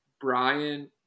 Brian